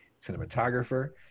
cinematographer